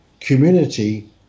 community